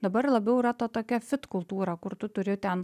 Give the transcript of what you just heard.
dabar labiau yra ta tokia fit kultūra kur tu turi ten